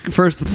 first